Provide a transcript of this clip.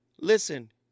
Listen